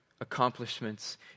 accomplishments